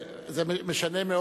מאז קרה דבר